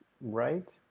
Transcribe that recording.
right